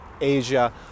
Asia